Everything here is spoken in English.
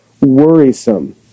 worrisome